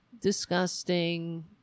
disgusting